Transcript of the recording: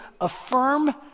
affirm